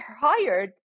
hired